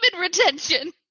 retention